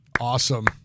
Awesome